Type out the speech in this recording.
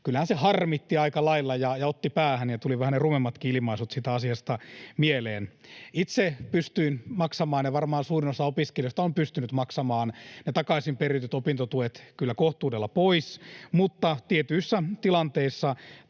kyllähän se harmitti aika lailla ja otti päähän, ja tuli vähän rumemmatkin ilmaisut siitä asiasta mieleen. Itse pystyin maksamaan ja varmaan suurin osa opiskelijoista on pystynyt maksamaan ne takaisinperityt opintotuet kyllä kohtuudella pois, mutta tietyissä tilanteissa